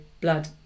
blood